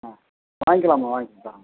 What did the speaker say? ஆ வாங்கிக்கலாம்மா வாங்கிக்கலாம்